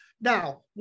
Now